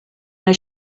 know